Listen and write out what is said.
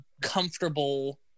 comfortable